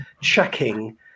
checking